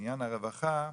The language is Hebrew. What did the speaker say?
עניין הרווחה,